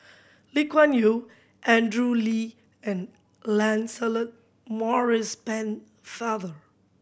Lee Kuan Yew Andrew Lee and Lancelot Maurice Pennefather